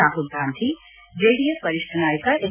ರಾಹುಲ್ ಗಾಂಧಿ ಚೆಡಿಎಸ್ ವರಿಷ್ಠ ನಾಯಕ ಹೆಚ್